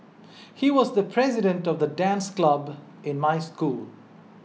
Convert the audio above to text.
he was the president of the dance club in my school